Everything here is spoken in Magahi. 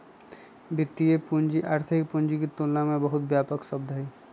वित्तीय पूंजी आर्थिक पूंजी के तुलना में बहुत व्यापक शब्द हई